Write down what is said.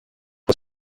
was